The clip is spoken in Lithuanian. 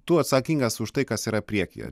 tu atsakingas už tai kas yra priekyje